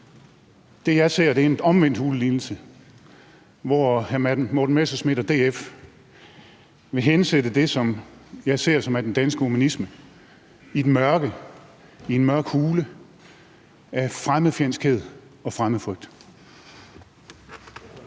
Det, jeg ser, er en omvendt hulelignelse, hvor hr. Morten Messerschmidt og DF vil hensætte det, som jeg ser som den danske humanisme, i et mørke, i en mørk hule af fremmedfjendskhed og fremmedfrygt.